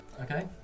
okay